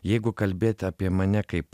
jeigu kalbėt apie mane kaip